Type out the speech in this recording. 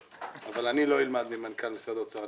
אבל אני לא אלמד ממנכ"ל משרד האוצר,